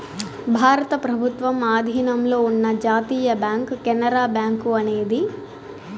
భారత ప్రభుత్వం ఆధీనంలో ఉన్న జాతీయ బ్యాంక్ కెనరా బ్యాంకు అనేది